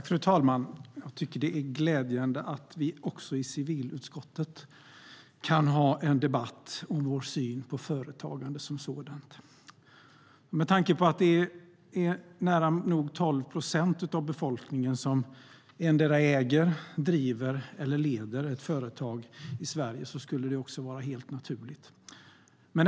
Fru talman! Jag tycker att det är glädjande att vi också i civilutskottet kan ha en debatt om synen på företagande som sådant. Med tanke på att nära nog 12 procent av den svenska befolkningen endera äger, driver eller leder ett företag skulle det vara helt naturligt.